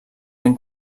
ben